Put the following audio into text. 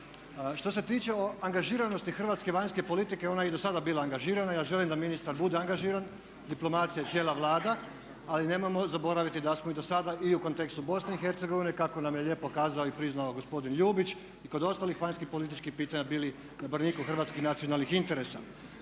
Što se tiče o angažiranosti hrvatske vanjske politike ona je i dosada bila angažirana. Ja želim da ministar bude angažiran, diplomacija i cijela Vlada ali nemojmo zaboraviti da smo i dosada i u kontekstu BiH kako nam je lijepo kazao i priznao gospodin Ljubić i kod ostalih vanjskih političkih pitanja bili na braniku hrvatskih nacionalnih interesa.